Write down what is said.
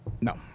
No